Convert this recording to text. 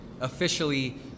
officially